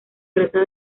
trata